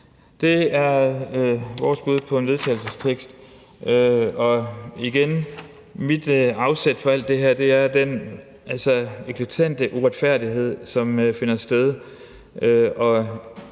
Det er vores bud på en vedtagelsestekst, og igen vil jeg sige, at mit afsæt for alt det her er den eklatante uretfærdighed, som finder sted.